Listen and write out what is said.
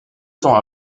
temps